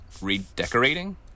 Redecorating